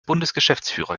bundesgeschäftsführer